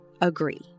agree